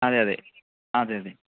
അതെ അതെ അതെ അതെ